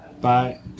Bye